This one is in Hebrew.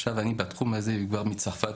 אני בתחום הזה כבר מצרפת.